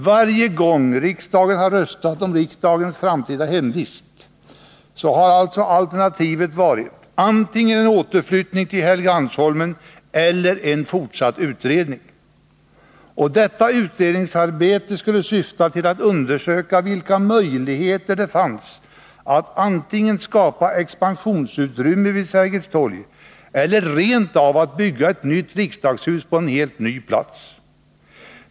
Varje gång riksdagen har röstat om riksdagens framtida hemvist, så har alltså alternativen varit antingen återflyttning till Helgeandsholmen eller fortsatt utredning. Detta utredningsarbete skulle syfta till att undersöka vilka möjligheter det fanns att antingen skapa expansionsutrymmen vid Sergels torg eller rent av bygga ett nytt riksdagshus på en helt ny plats.